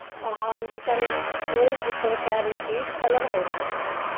ਆ ਹਾਂਜੀ ਪਰ ਉਹ ਥੋੜ੍ਹੀ ਦਿੱਕਤ ਕਹਿ ਰਹੀ ਸੀ ਕਲਰ ਹੋਰ ਲੈਣਾ ਉਹਨਾਂ